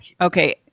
okay